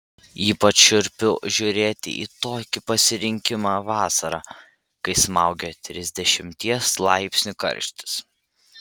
ypač šiurpiu žiūrėti į tokį pasirinkimą vasarą kai smaugia trisdešimties laipsnių karštis